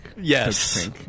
Yes